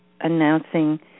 announcing